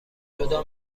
جدا